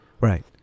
Right